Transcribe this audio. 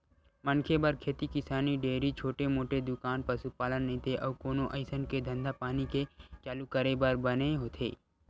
मनखे बर खेती किसानी, डेयरी, छोटे मोटे दुकान, पसुपालन नइते अउ कोनो अइसन के धंधापानी के चालू करे बर बने होथे